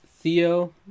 Theo